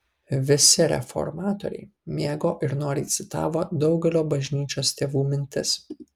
visi reformatoriai mėgo ir noriai citavo daugelio bažnyčios tėvų mintis